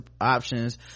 options